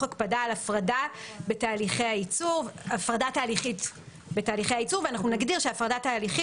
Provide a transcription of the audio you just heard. הקפדה על הפרדה תהליכית בתהליכי הייצור" ואנחנו נגדיר שהפרדה תהליכית